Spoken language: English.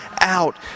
out